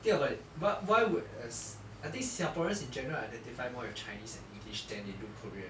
think about it why why would I think singaporeans in general identify more with chinese and english than they do korean